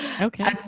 Okay